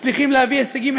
מצליחים להביא הישגים,